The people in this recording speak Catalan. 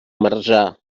marzà